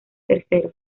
terceros